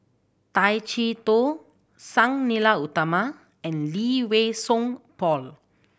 Tay Chee Toh Sang Nila Utama and Lee Wei Song Paul